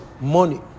money